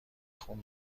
خون